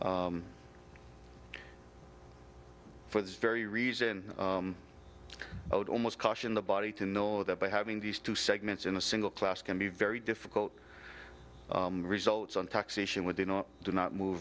for this very reason out almost caution the body to know that by having these two segments in a single class can be very difficult results on taxation when they do not move